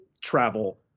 travel